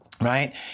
Right